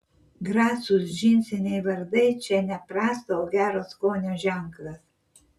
grasūs džinsiniai vardai čia ne prasto o gero skonio ženklas